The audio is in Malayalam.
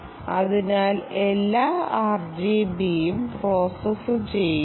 അതിനാൽ എല്ലാ RGBയും പ്രോസസ്സുചെയ്യുന്നു